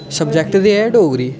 subject ते ऐ डोगरी